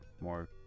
more